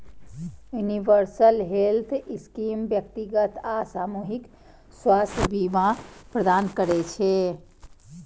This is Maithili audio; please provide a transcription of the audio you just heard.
यूनिवर्सल हेल्थ स्कीम व्यक्तिगत आ सामूहिक स्वास्थ्य बीमा प्रदान करै छै